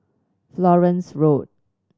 Florence Road